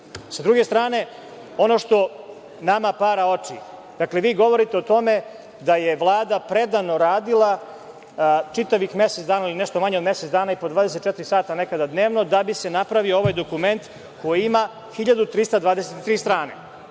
druge strane, ono što nama para oči, govorite o tome da je Vlada predano radila čitavih mesec dana ili nešto manje od mesec dana po 24 sata nekada dnevno da bi se napravio ovaj dokument koji ima 1.323 strane.